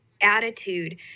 attitude